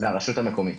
לרשות המקומית.